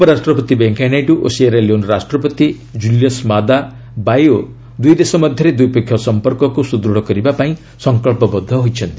ଉପରାଷ୍ଟ୍ରପତି ଭେଙ୍କିୟାନାଇଡୁ ଓ Sierra Leone ରାଷ୍ଟ୍ରପତି କ୍କୁଲିୟସ୍ ମାଦା ବାଇଓ ଦୁଇଦେଶ ମଧ୍ୟରେ ଦ୍ୱିପକ୍ଷୀୟ ସଂପର୍କକୁ ସୁଦୃଢ଼ କରିବା ପାଇଁ ସଂକଳ୍ପବଦ୍ଧ ହୋଇଛନ୍ତି